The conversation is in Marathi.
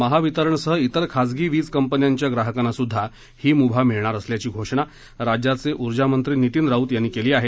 महावितरणसह तेर खासगी वीज कंपन्यांच्या ग्राहकांनासुद्धा ही मुभा मिळणार असल्याची घोषणा राज्याचे ऊर्जामंत्री नितीन राऊत यांनी केली आहे